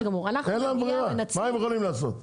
אין להם ברירה, מה הם יכולים לעשות?